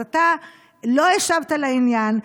אז אתה לא השבת לעניין,